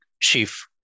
chief